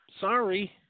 sorry